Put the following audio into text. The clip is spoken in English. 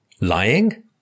Lying